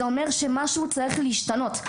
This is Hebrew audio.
זה אומר שמשהו צריך להשתנות.